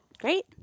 Great